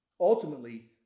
Ultimately